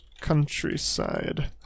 countryside